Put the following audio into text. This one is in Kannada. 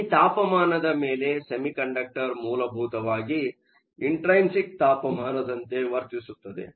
ಈ ತಾಪಮಾನದ ಮೇಲೆ ಸೆಮಿಕಂಡಕ್ಟರ್ ಮೂಲಭೂತವಾಗಿ ಇಂಟ್ರೈನ್ಸಿಕ್ ತಾಪಮಾನದಂತೆ ವರ್ತಿಸುತ್ತದೆ